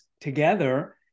together